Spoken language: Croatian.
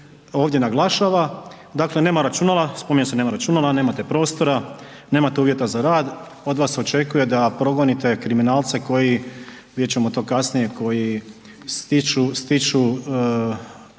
ovdje naglašava, dakle nema računala, spominje se nema računala, nemate prostora, nemate uvjeta za rad od vas se očekuje da progonite kriminalce koji vidjet ćemo to kasnije koji stiču